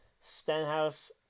Stenhouse